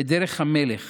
את דרך המלך